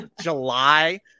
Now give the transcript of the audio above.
July